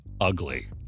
ugly